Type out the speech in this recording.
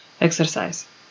exercise